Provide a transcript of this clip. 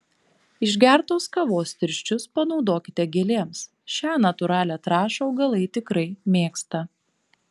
išgertos kavos tirščius panaudokite gėlėms šią natūralią trąšą augalai tikrai mėgsta